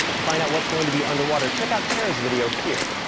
to find out what's going to be underwater, check out tara's video here.